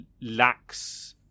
lacks